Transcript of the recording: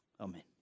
Amen